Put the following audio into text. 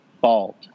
fault